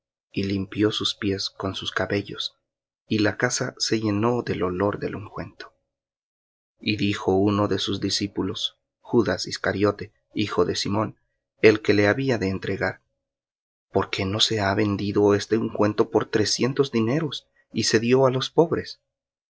y limpió sus pies con sus cabellos y la casa se llenó del olor del ungüento y dijo uno de sus discípulos judas iscariote de simón el que le había de entregar por qué no se ha vendido este ungüento por trescientos dineros y se dió á los pobres